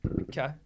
Okay